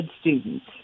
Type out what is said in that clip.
students